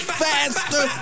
faster